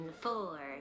four